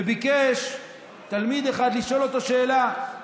וביקש תלמיד אחד לשאול אותו שאלה.